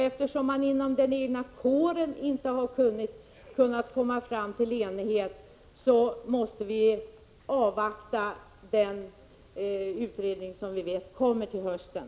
Eftersom man inom den egna kåren inte har kunnat nå enighet, måste vi avvakta resultat av utredningen som vi vet kommer till hösten.